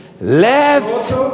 Left